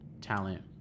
talent